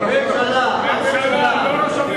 ראש הממשלה, אדוני,